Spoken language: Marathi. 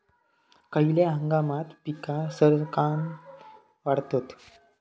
खयल्या हंगामात पीका सरक्कान वाढतत?